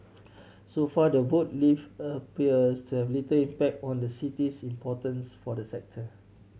so far the vote leave appears to have little impact on the city's importance for the sector